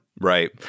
Right